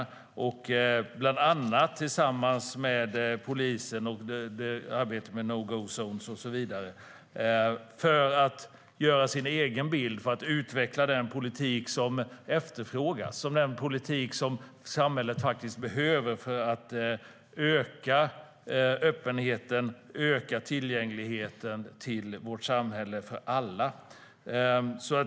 Roger Haddad försöker skapa sig en egen bild av polisens arbete och frågor om no go-zoner och så vidare för att kunna utveckla den politik som efterfrågas och den politik som samhället behöver för att öka öppenheten och tillgängligheten för alla.